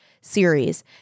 series